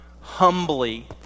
humbly